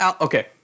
Okay